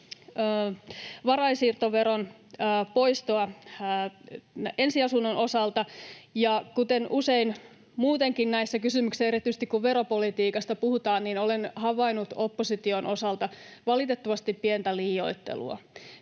varainsiirtoveron palautusta ensiasunnon osalta. Kuten usein muutenkin näissä kysymyksissä — erityisesti, kun veropolitiikasta puhutaan — olen havainnut opposition osalta valitettavasti pientä liioittelua.